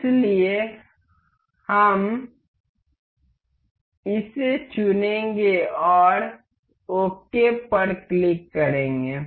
इसलिए हम इसे चुनेंगे और ओके पर क्लिक करेंगे